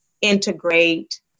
integrate